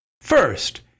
First